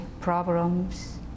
problems